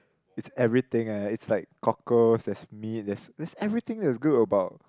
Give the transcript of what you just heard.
is everything eh is like cockles there's meat there's there's everything that is good about